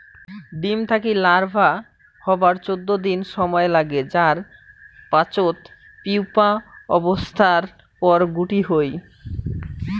ডিম থাকি লার্ভা হবার চৌদ্দ দিন সমায় নাগে যার পাচত পিউপা অবস্থার পর গুটি হই